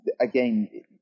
again